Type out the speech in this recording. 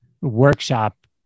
workshop